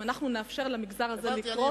נאפשר למגזר הזה לקרוס,